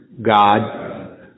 God